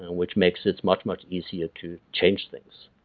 which makes it much, much easier to change things.